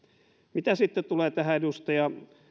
mitä sitten tulee tähän edustaja